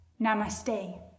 Namaste